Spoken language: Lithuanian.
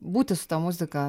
būti su ta muzika